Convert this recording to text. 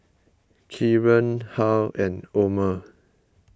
Kieran Harl and Omer